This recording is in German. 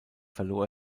verlor